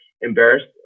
embarrassed